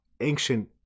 ancient